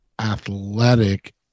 athletic